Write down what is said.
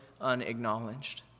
unacknowledged